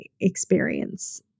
experience